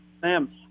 Sam